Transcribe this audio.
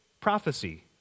prophecy